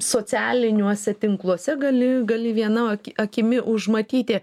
socialiniuose tinkluose gali gali viena akimi užmatyti